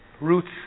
roots